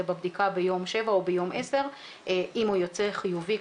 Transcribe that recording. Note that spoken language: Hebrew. בבדיקה ביום 7 או ביום 10. אם הוא יוצא חיובי,